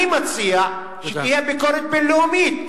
אני מציע שתהיה ביקורת בין-לאומית,